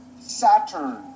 Saturn